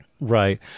Right